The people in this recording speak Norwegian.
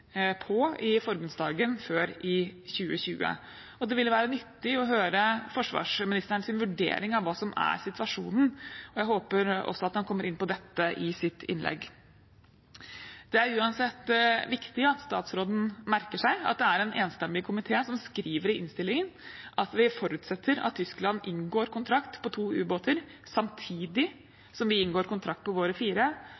på i forbundsdagen før i 2020, og det ville være nyttig å høre forsvarsministerens vurdering av hva som er situasjonen. Jeg håper at han også kommer inn på dette i sitt innlegg. Det er uansett viktig at statsråden merker seg at det er en enstemmig komité som skriver i innstillingen at vi forutsetter at Tyskland inngår kontrakt på to ubåter samtidig